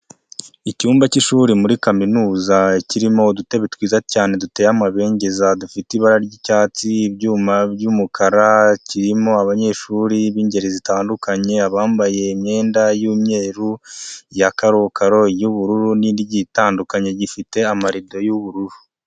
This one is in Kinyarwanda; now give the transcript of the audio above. Icyumba cy'ishuri muri kaminuza kirimo udutebe twiza cyane duteye amabengeza, dufite ibara ry'icyatsi ibyuma by'umukara kirimo abanyeshuri b'ingeri zitandukanye abambaye imyenda y'umweru, ya karokaro iy'ubururu n'indi igiye itandukanye gifite amarido y'ubururu.